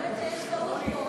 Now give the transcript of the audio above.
אני חושבת שיש טעות פה,